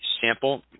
sample